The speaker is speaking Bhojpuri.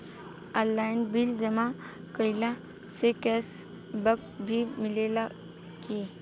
आनलाइन बिल जमा कईला से कैश बक भी मिलेला की?